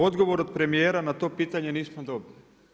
Odgovor od premijera na to pitanje nismo dobili.